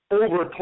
over